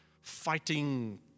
fighting